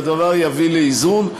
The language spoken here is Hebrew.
והדבר יביא לאיזון.